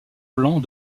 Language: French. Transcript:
blanc